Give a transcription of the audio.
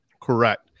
correct